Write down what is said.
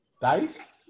Dice